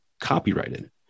copyrighted